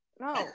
No